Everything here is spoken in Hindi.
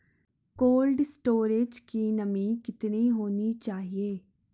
कोल्ड स्टोरेज की नमी कितनी होनी चाहिए?